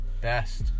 Best